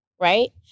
Right